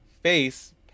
Face